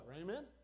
Amen